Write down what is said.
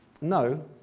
No